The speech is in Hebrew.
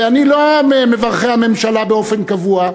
ואני לא ממברכי הממשלה באופן קבוע,